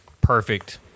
perfect